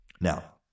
Now